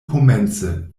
komence